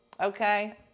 okay